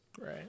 Right